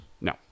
No